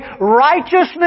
righteousness